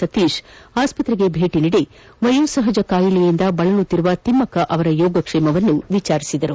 ಸತೀಶ್ ಆಸ್ತತ್ರೆಗೆ ಭೇಟಿ ನೀಡಿ ವಯೋ ಸಹಜ ಕಾಯಿಲೆಯಿಂದ ಬಳಲುತ್ತಿರುವ ತಿಮ್ಮಕ್ಕ ಅವರ ಯೋಗಕ್ಷೇಮ ವಿಚಾರಿಸಿದರು